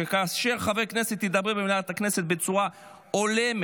"חבר כנסת ידבר במליאת הכנסת בצורה הולמת,